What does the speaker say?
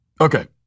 Okay